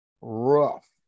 rough